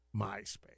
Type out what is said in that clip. MySpace